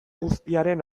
guztiaren